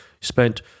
spent